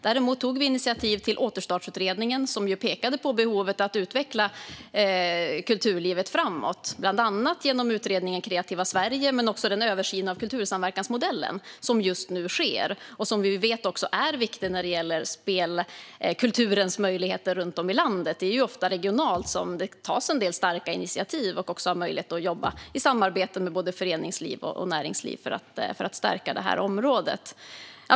Däremot tog vi initiativ till återstartsutredningen, som pekade på behovet att utveckla kulturlivet framåt, bland annat genom utredningen Kreativa Sverige, men också den översyn av kultursamverkansmodellen som just nu sker och som vi vet också är viktig när det gäller spelkulturens möjligheter runt om i landet. Det är ju ofta regionalt som en del starka initiativ tas, och det är där man också har möjlighet att jobba i samarbete med både föreningsliv och näringsliv för att stärka detta område.